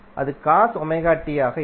அது ஆக இருக்கும்